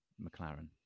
McLaren